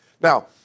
Now